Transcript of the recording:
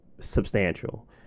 substantial